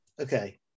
Okay